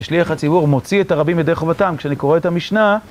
שליח הציבור מוציא את הרבים לידי חובתם, כשאני קורא את המשנה,